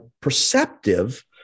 perceptive